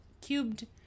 cubed